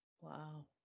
Wow